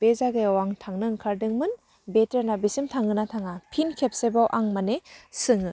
बे जायगायाव आं थांनो ओंखारदोंमोन बे ट्रेनआ बेसिम थांगोनना थाङा फिन खेबसेबाव आं माने सोङो